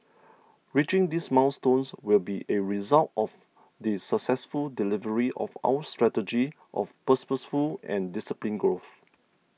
reaching these milestones will be a result of the successful delivery of our strategy of purposeful and disciplined growth